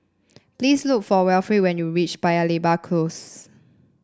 please look for Wilfrid when you reach Paya Lebar Close